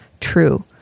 true